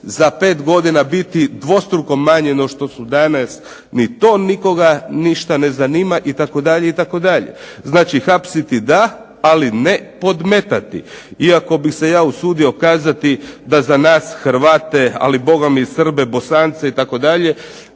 za 5 godina biti dvostruko manje no što su danas, ni to nikoga ništa ne zanima itd., itd. Znači, hapsiti da ali ne podmetati iako bih se ja usudio kazati da za nas Hrvate ali i za Srbe, Bosance itd.,